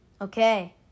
Okay